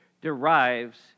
derives